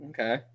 Okay